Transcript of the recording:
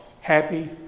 happy